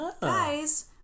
guys